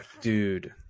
dude